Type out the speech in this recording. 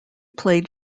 played